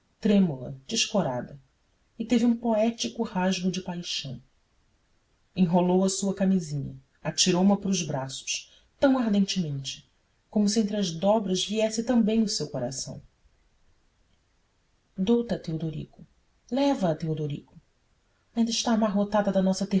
trêmula descorada e teve um poético rasgo de paixão enrolou a sua camisinha atirou me para os braços tão ardentemente como se entre as dobras viesse também o seu coração dou ta teodorico leva-a teodorico ainda está amarrotada da nossa